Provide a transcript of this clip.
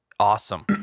awesome